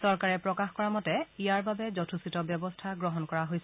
চৰকাৰে প্ৰকাশ কৰা মতে ইয়াৰ বাবে যথোচিত ব্যৱস্থা গ্ৰহণ কৰা হৈছে